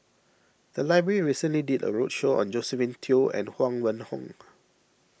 the library recently did a roadshow on Josephine Teo and Huang Wenhong